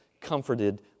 comforted